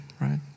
right